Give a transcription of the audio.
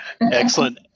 Excellent